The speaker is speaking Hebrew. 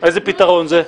איזה פתרון זה?